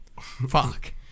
Fuck